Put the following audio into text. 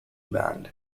band